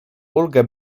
ulgę